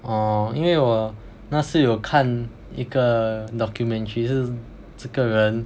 orh 因为我那时有看一个 documentary 就是这个人